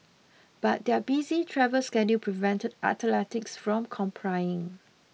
but their busy travel schedule prevented athletics from complying